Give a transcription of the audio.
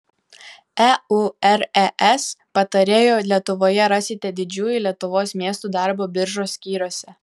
eures patarėjų lietuvoje rasite didžiųjų lietuvos miestų darbo biržos skyriuose